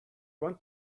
want